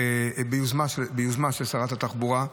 ביוזמה של שרת התחבורה,